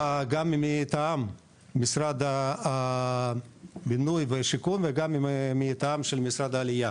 גם מטעם משרד השיכון והבינוי וגם מטעם משרד הקליטה והעלייה.